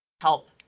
help